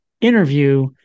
interview